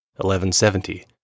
1170